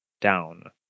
down